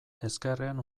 ezkerrean